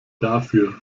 dafür